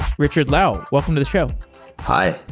richard liaw, welcome to the show hi,